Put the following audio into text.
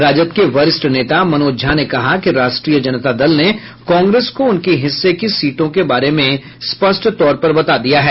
राजद के वरिष्ठ नेता मनोज झा ने कहा कि राष्ट्रीय जनता दल ने कांग्रेस को उनकी हिस्से की सीटों के बारे में स्पष्ट तौर पर बता दिया है